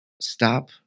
stop